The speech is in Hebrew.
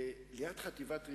אבל לא ברחובות ראשיים.